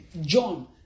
John